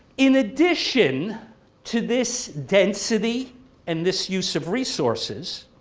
in addition to this density and this use of resources,